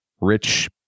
Rich